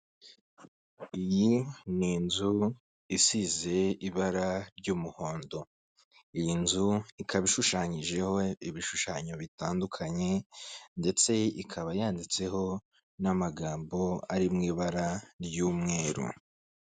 Iyi ni inzu isize ibara ry'umuhondo. Iyi nzu ikaba ishushanyijeho ibishushanyo bitandukanye ndetse ikaba yanditseho n'amagambo ari mu ibara ry'umweru.